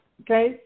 okay